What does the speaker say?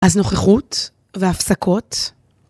אז נוכחות והפסקות.